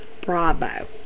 Bravo